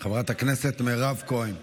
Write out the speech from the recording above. חברת הכנסת מירב כהן,